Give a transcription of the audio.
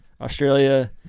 Australia